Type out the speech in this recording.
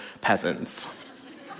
peasants